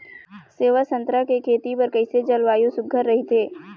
सेवा संतरा के खेती बर कइसे जलवायु सुघ्घर राईथे?